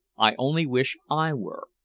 i only wish i were.